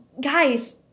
guys